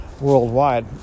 worldwide